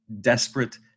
desperate